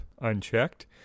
unchecked